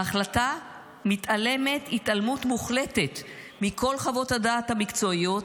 ההחלטה מתעלמת התעלמות מוחלטת מכל חוות הדעת המקצועיות,